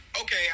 Okay